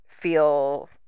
feel